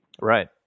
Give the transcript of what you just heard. Right